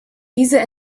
diese